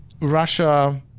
Russia